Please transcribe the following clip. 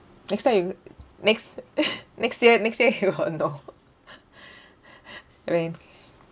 next time you next next year next year you won't know I mean